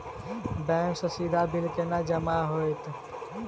Bank सँ सीधा bill केना जमा होइत?